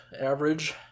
average